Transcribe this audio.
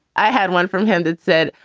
i had one from him that said,